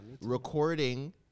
recording